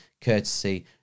courtesy